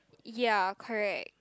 ya correct